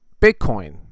Bitcoin